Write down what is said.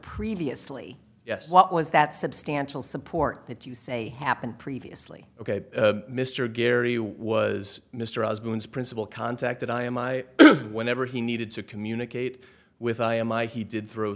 previously yes what was that substantial support that you say happened previously ok mr gary was mr osborne's principal contact that i am i whenever he needed to communicate with i am i he did thro